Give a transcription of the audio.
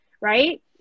right